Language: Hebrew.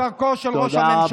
תודה רבה.